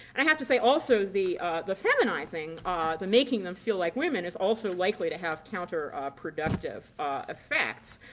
i have to say also the the feminizing the making them feel like women is also likely to have counterproductive effects.